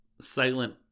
silent